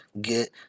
get